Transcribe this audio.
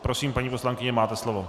Prosím, paní poslankyně, máte slovo.